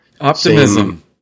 optimism